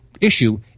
issue